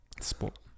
sport